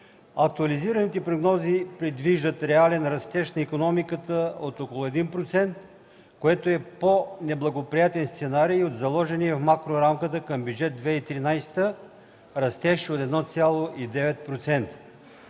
Актуализираните прогнози предвиждат реален растеж на икономиката от около 1%, което е по-неблагоприятен сценарий от заложения в макрорамката към Бюджет 2013 растеж от 1,9%.